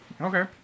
Okay